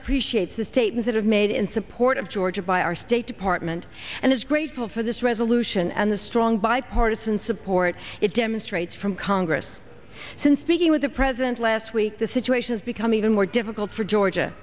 appreciates the statements it has made in support of georgia by our state department and is grateful for this resolution and the strong bipartisan support it demonstrates from congress since speaking with the president last week the situation is becoming even more difficult for georgia